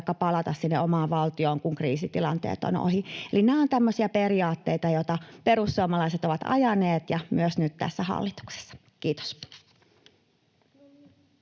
palata sinne omaan valtioon, kun kriisitilanteet ovat ohi. Eli nämä ovat tämmöisiä periaatteita, joita perussuomalaiset ovat ajaneet, myös nyt tässä hallituksessa. — Kiitos.